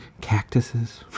cactuses